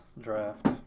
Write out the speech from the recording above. draft